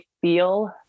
feel